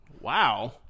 Wow